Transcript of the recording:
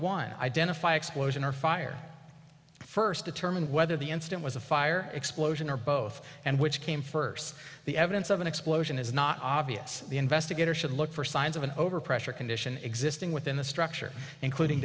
one identify explosion or fire first determine whether the incident was a fire explosion or both and which came first the evidence of an explosion is not obvious the investigator should look for signs of an overpressure condition existing within the structure including